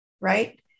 right